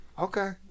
okay